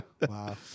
wow